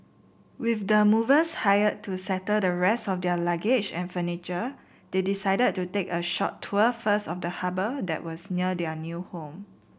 with the movers hired to settle the rest of their luggage and furniture they decided to take a short tour first of the harbour that was near their new home